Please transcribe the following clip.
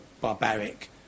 barbaric